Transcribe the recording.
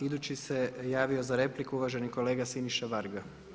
Idući se javio za repliku uvaženi kolega Siniša Varga.